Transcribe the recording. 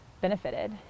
benefited